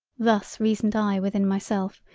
thus reasoned i within myself,